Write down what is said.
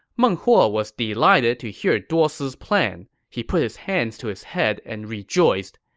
meng huo was delighted to hear duosi's plan. he put his hands to his head and rejoiced,